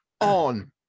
on